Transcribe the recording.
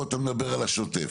או על השוטף?